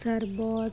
ସର୍ବତ